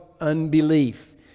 unbelief